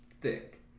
thick